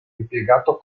impiegato